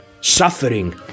suffering